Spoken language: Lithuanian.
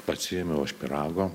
pasiėmiau aš pyrago